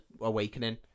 Awakening